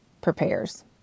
prepares